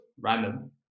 random